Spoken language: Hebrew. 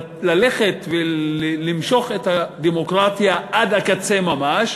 ללכת ולמשוך את הדמוקרטיה עד הקצה ממש,